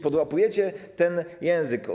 Podłapujecie ten język.